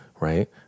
right